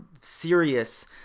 serious